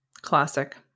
Classic